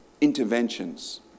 interventions